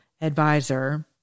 advisor